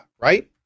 right